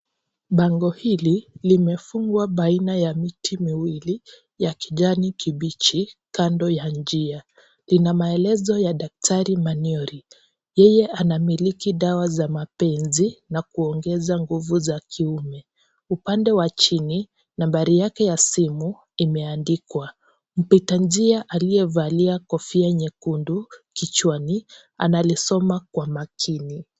Bango hili limefungwa baina ya miti miwili ya kijani kibichi kando ya njia. Lina maelezo ya daktari Manyori. Yeye anamiliki dawa za mapenzi na kuongeza nguvu za kiume. Upande wa chini nambari yake ya simu imeandikwa. Mpita njia aliyevalia kofia nyekundu kichwani analisoma kwa makini.